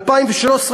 2013,